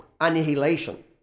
annihilation